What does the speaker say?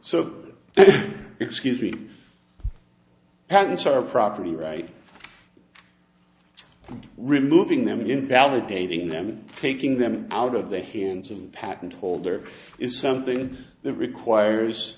so excuse me if patents are properly right removing them invalidating them taking them out of the hands of the patent holder is something that requires